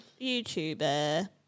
YouTuber